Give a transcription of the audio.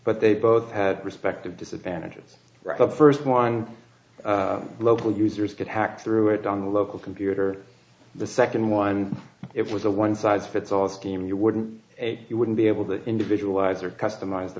but they both had respective disadvantages the first one local users could hack through it on the local computer the second one it was a one size fits all scheme you wouldn't he wouldn't be able to individualize or customize the